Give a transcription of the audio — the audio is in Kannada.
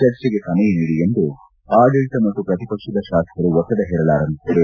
ಚರ್ಚೆಗೆ ಸಮಯ ನೀಡಿ ಎಂದು ಆಡಳಿತ ಮತ್ತು ಪ್ರತಿಪಕ್ಷದ ಶಾಸಕರು ಒತ್ತಡ ಹೇರಲಾರಂಭಿಸಿದರು